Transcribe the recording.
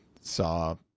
saw